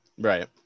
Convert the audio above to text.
Right